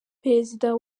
perezida